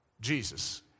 Jesus